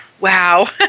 wow